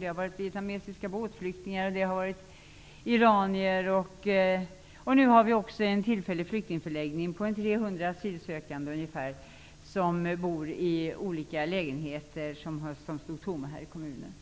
Det har varit vietnamesiska båtflyktingar och iranier, och nu har vi också en tillfällig flyktingförläggning med ungefär 300 asylsökande som bor i olika lägenheter som stod tomma här i kommunen.